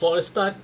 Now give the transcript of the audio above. for a start